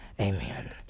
Amen